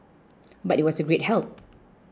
but it was a great help